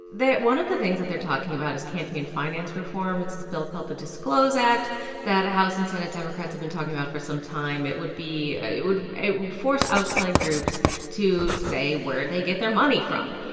one of the things that they're talking about is campaign finance reform. it's this bill called the disclose act that house and senate democrats have been talking about for some time. it would be ah it would force outside groups to say where they get their money from.